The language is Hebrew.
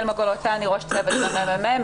ראש צוות במרכז המחקר והמידע.